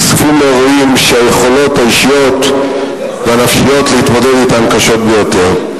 חשופים לאירועים שהיכולות האישיות והנפשיות להתמודד אתם קשות ביותר.